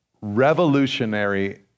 revolutionary